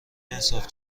انصاف